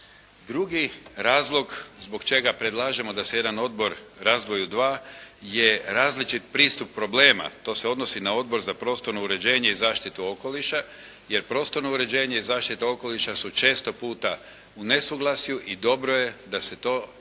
Drugi razlog zbog čega predlažemo da se jedan odbor razdvoji u dva je različit pristup problema, to se odnosi na Odbor za prostorno uređenje i zaštitu okoliša jer prostorno uređenje i zaštita okoliša su često puta u nesuglasju i dobro je da se to, ti